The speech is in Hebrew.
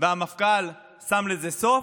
והמפכ"ל שם לזה סוף.